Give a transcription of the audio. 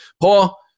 Paul